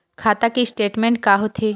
खाता के स्टेटमेंट का होथे?